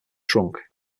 trunk